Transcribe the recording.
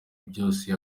byose